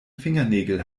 fingernägel